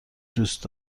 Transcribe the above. دوست